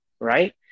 right